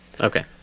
okay